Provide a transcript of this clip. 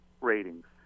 ratings